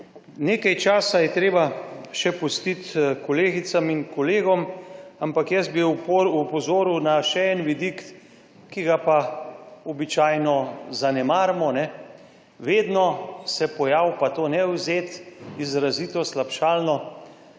Nekaj časa je treba še pustiti kolegicam in kolegom, ampak jaz bi opozoril na še en vidik, ki ga pa običajno zanemarimo, vedno se pojavi, pa to ne vzeti izrazito slabšalno,